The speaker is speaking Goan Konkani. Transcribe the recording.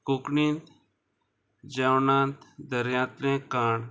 कोंकणीन जेवणांत दर्यांतलें काण